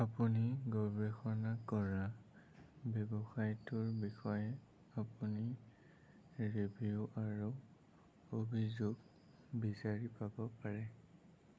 আপুনি গৱেষণা কৰা ব্যৱসায়টোৰ বিষয়ে আপুনি ৰিভিউ আৰু অভিযোগ বিচাৰি পাব পাৰে